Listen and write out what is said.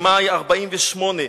במאי 1948,